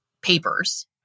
papers